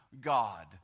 God